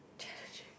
challenging